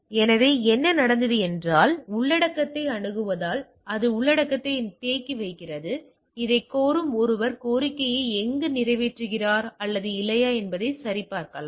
எனவே என்ன நடந்தது என்றால் அது உள்ளடக்கத்தை அணுகுவதால் அது உள்ளடக்கத்தைத் தேக்கி வைக்கிறது அதைக் கோரும் ஒருவர் கோரிக்கையை எங்கு நிறைவேற்றுகிறார் அல்லது இல்லையா என்பதைச் சரிபார்க்கலாம்